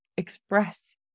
express